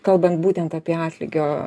kalbant būtent apie atlygio